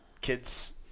kid's